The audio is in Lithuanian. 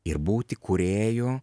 ir būti kūrėju